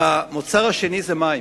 המוצר השני זה מים.